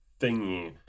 thingy